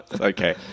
Okay